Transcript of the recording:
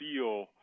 feel